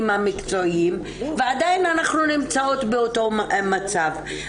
המקצועיים ועדיין אנחנו נמצאים באותו מצב.